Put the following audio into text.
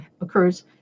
occurs